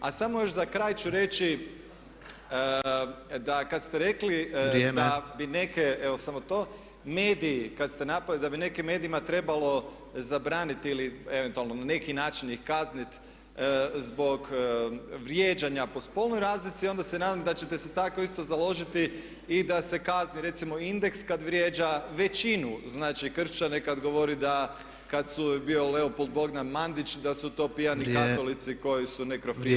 A samo još za kraj ću reći da kad ste rekli da bi neki mediji, kad ste napali da bi nekim medijima trebalo zabraniti ili eventualno na neki način ih kazniti zbog vrijeđanja po spolnoj razlici onda se nadam da ćete se tako isto založiti i da se kazni recimo INDEX kad vrijeđa većinu, znači kršćane kad govori da kad je bio Leopold Bogdan Mandić da su to pijani katolici koji su nekrofili itd.